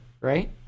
right